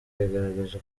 yagaragaje